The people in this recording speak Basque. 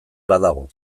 badago